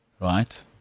right